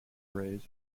rays